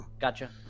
Gotcha